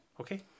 Okay